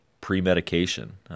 pre-medication